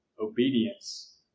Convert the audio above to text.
Obedience